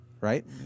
right